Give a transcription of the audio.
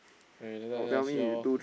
K later later see how lor